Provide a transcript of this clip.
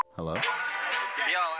Hello